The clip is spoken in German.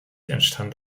entstand